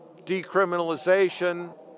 Decriminalization